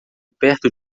perto